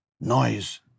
noise